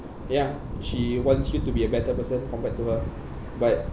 ya she wants you to be a better person compared to her but